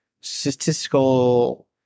statistical